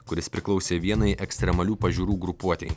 kuris priklausė vienai ekstremalių pažiūrų grupuotei